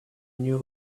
new